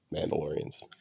Mandalorians